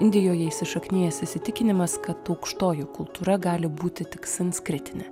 indijoje įsišaknijęs įsitikinimas kad aukštoji kultūra gali būti tik sanskritinė